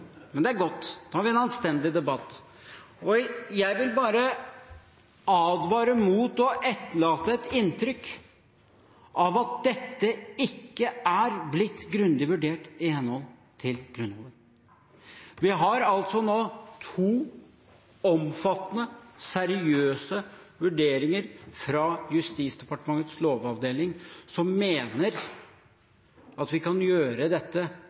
Men det er godt, nå har vi en anstendig debatt. Jeg vil bare advare mot å etterlate et inntrykk av at dette ikke er blitt grundig vurdert i henhold til Grunnloven. Vi har nå to omfattende seriøse vurderinger fra Justisdepartementets lovavdeling, som mener at vi kan gjøre dette